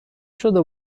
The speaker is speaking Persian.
شده